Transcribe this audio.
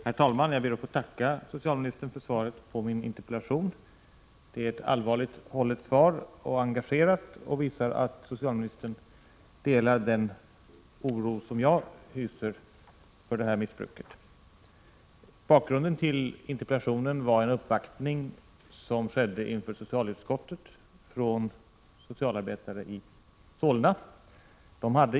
Herr talman! Jag ber att få tacka socialministern för svaret på min interpellation. Det är ett allvarligt hållet och engagerat svar som visar att socialministern delar den oro som jag hyser för detta missbruk. Bakgrunden till interpellationen var en uppvaktning som skedde inför socialutskottet av socialarbetare i Solna.